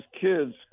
kids